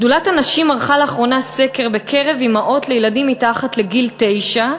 שדולת הנשים ערכה לאחרונה סקר בקרב אימהות לילדים מתחת לגיל תשע,